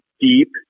deep